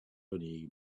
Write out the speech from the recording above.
only